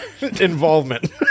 involvement